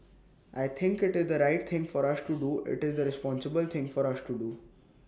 I think IT is the right thing for us to do IT is the responsible thing for us to do